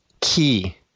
key